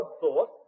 thought